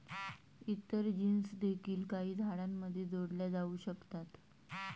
इतर जीन्स देखील काही झाडांमध्ये जोडल्या जाऊ शकतात